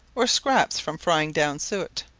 or scraps from frying down suet